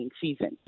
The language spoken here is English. season